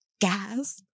gas